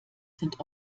sind